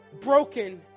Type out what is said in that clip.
Broken